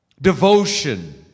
Devotion